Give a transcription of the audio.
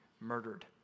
murdered